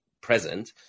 present